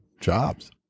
jobs